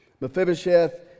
Mephibosheth